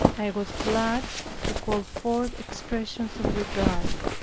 i was glad to call forth expressions of regard.